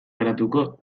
geratuko